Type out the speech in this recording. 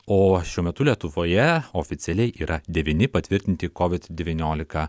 o šiuo metu lietuvoje oficialiai yra devyni patvirtinti covid devyniolika